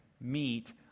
meet